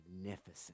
magnificent